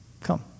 Come